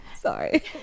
Sorry